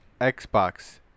Xbox